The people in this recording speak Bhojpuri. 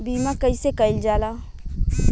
बीमा कइसे कइल जाला?